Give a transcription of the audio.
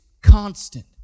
constant